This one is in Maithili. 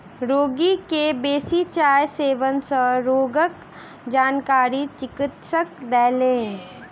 रोगी के बेसी चाय सेवन सँ रोगक जानकारी चिकित्सक देलैन